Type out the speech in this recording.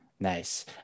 Nice